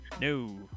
No